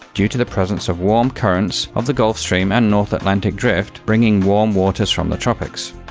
due to the presence of warm currents of the gulf stream and north atlantic drift bringing warm waters from the tropics.